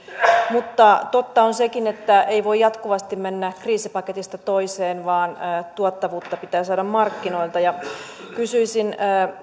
mutta totta on sekin että ei voi jatkuvasti mennä kriisipaketista toiseen vaan tuottavuutta pitää saada markkinoilta kysyisin